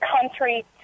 country